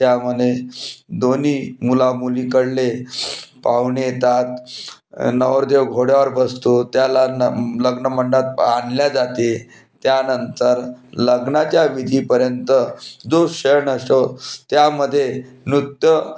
त्यामध्ये दोन्ही मुला मुलीकडले पाहुणे येतात नवरदेव घोड्यावर बसतो त्याला लग्नमंडपात आणले जाते त्यानंतर लग्नाच्या विधीपर्यंत जो क्षण असो त्यामध्ये नृत्य